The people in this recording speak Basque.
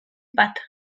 bat